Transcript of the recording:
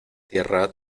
tierra